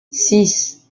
six